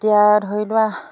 এতিয়া ধৰি লোৱা